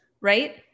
right